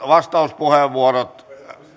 vastauspuheenvuorot